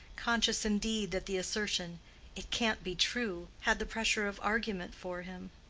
conscious indeed that the assertion it can't be true had the pressure of argument for him.